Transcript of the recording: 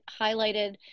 highlighted